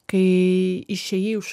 kai išėjai iš